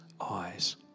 eyes